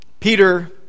Peter